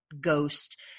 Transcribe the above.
ghost